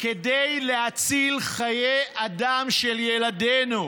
כדי להציל חיי אדם של ילדינו.